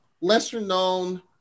lesser-known